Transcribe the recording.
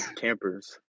campers